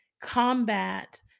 combat